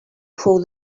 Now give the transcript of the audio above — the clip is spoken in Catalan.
fou